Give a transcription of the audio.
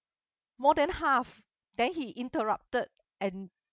more than half then he interrupted and